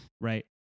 right